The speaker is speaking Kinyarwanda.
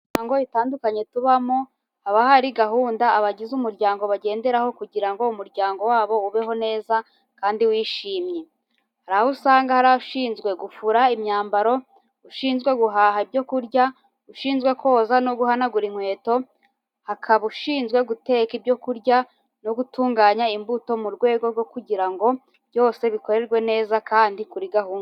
Mu miryango itandukanye tubamo, haba hari gahunda abagize umuryango bagenderaho kugira ngo umuryango wabo ubeho neza kandi wishimye. Hari aho usanga hari ushinzwe gufura imyambaro, ushinzwe guhaha ibyo kurya, ushinzwe koza no guhanagura inkweto, hakaba ushinzwe guteka ibyo kurya no gutunganya imbuto mu rwego rwo kugira ngo byose bikorwe neza kandi kuri gahunda.